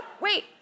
wait